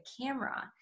camera